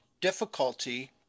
difficulty